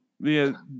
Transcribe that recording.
Via